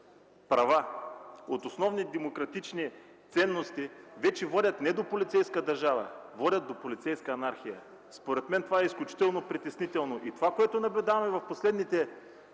права, от основни демократични ценности, вече водят не до полицейска държава – водят до полицейска анархия. Според мен това е изключително притеснително. В последните